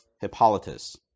Hippolytus